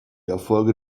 erfolge